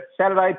Saturday